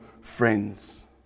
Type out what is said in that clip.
friends